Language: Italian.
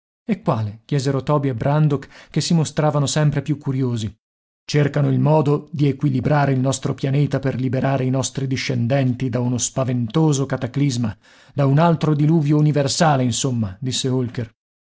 e quale chiesero toby e brandok che si mostravano sempre più curiosi cercano il modo di equilibrare il nostro pianeta per liberare i nostri discendenti da uno spaventoso cataclisma da un altro diluvio universale insomma disse holker